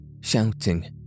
shouting